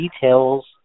details